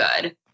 good